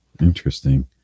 interesting